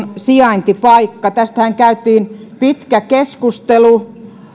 sijaintipaikka tästähän käytiin pitkä keskustelu